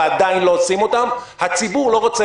ועדיין לא עושים אותן הציבור לא רוצה